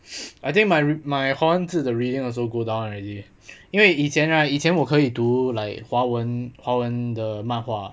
I think my my 华文字 the reading also go down already 因为以前 right 以前我可以读 like 华文华文的漫画